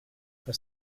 for